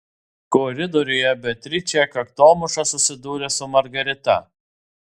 koridoriuje beatričė kaktomuša susidūrė su margarita